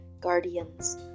guardians